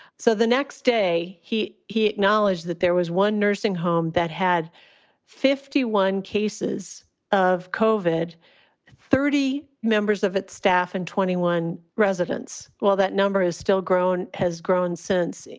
so the next day, he he acknowledged that there was one nursing home that had fifty one cases of covered thirty members of its staff and twenty one residents. well, that number is still grown has grown since.